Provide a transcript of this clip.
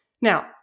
Now